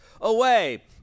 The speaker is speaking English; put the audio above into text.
away